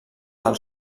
del